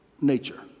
nature